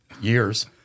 years